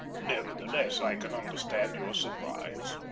nevertheless i can understand your surprise.